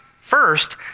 first